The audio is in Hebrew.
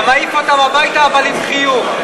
אתה מעיף אותם הביתה, אבל עם חיוך.